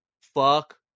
Fuck